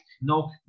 No